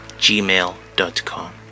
gmail.com